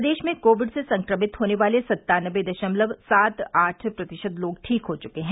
प्रदेश में कोविड से संक्रमित होने वाले सत्तानबे दशमलव सात आठ प्रतिशत लोग ठीक हो चुके हैं